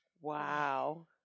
wow